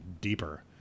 deeper